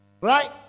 Right